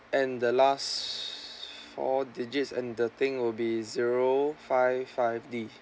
and the last four digits and the thing will be zero five five D